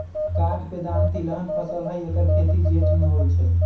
काठ बेदाम तिलहन फसल हई ऐकर खेती जेठ में होइ छइ